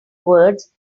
words